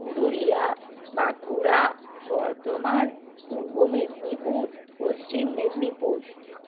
Purulia Bankura Bardhaman Purba Medinipur Paschim Medinipur